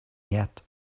yet